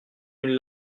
nuit